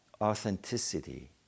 Authenticity